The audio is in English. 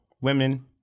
women